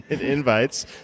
invites